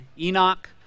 Enoch